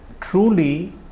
truly